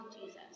Jesus